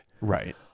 right